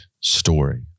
story